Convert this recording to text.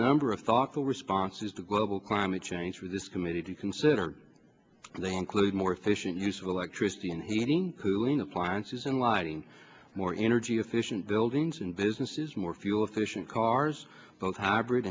number of thoughtful responses to global climate change with this committee to consider they include more efficient use of electricity and heating who in appliances and lighting more energy efficient buildings and businesses more fuel efficient cars both hybrid